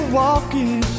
walking